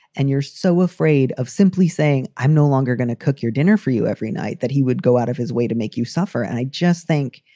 and you're so afraid of simply saying, i'm no longer going to cook your dinner for you every night, that he would go out of his way to make you suffer. i just think,